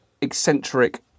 eccentric